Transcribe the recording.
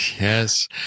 yes